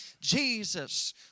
Jesus